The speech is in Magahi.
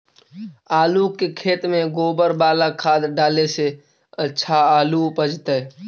आलु के खेत में गोबर बाला खाद डाले से अच्छा आलु उपजतै?